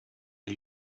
are